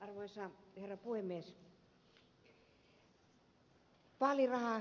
arvoisa herra puhemies